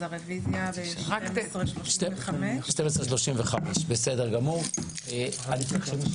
ההצבעה על הרוויזיה תתקיים בשעה 12:35. תודה.